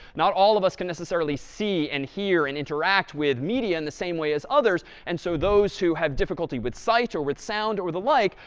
not all of us can necessarily see and hear and interact with media in the same way as others, and so those who have difficulty with sight or with sound or the like,